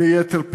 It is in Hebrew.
ביתר פירוט.